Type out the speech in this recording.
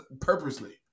purposely